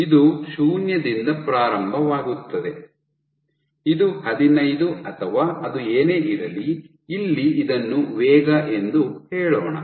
ಇದು ಶೂನ್ಯದಿಂದ ಪ್ರಾರಂಭವಾಗುತ್ತದೆ ಇದು ಹದಿನೈದು ಅಥವಾ ಅದು ಏನೇ ಇರಲಿ ಇಲ್ಲಿ ಇದನ್ನು ವೇಗ ಎಂದು ಹೇಳೋಣ